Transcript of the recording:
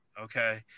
okay